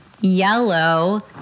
yellow